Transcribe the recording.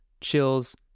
chills